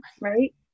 right